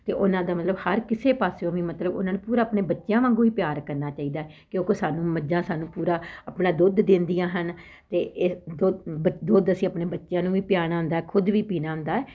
ਅਤੇ ਉਹਨਾਂ ਦਾ ਮਤਲਬ ਹਰ ਕਿਸੇ ਪਾਸਿਓਂ ਵੀ ਮਤਲਬ ਉਹਨਾਂ ਨੂੰ ਪੂਰਾ ਆਪਣੇ ਬੱਚਿਆਂ ਵਾਂਗੂ ਹੀ ਪਿਆਰ ਕਰਨਾ ਚਾਹੀਦਾ ਕਿਉਂਕਿ ਸਾਨੂੰ ਮੱਝਾਂ ਸਾਨੂੰ ਪੂਰਾ ਆਪਣਾ ਦੁੱਧ ਦਿੰਦੀਆਂ ਹਨ ਅਤੇ ਇਹ ਦੁੱਧ ਅਸੀਂ ਆਪਣੇ ਬੱਚਿਆਂ ਨੂੰ ਵੀ ਪਿਆਣਾ ਹੁੰਦਾ ਖੁਦ ਵੀ ਪੀਣਾ ਹੁੰਦਾ